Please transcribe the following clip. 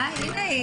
תן דקה.